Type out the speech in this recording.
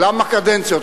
למה קדנציות?